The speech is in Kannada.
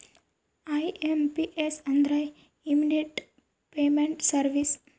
ಐ.ಎಂ.ಪಿ.ಎಸ್ ಅಂದ್ರ ಇಮ್ಮಿಡಿಯೇಟ್ ಪೇಮೆಂಟ್ ಸರ್ವೀಸಸ್